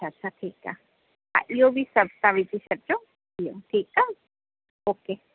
अच्छा अच्छा ठीकु आहे इहो बि सभु तव्हां विझी छॾजो ठीकु आहे ओके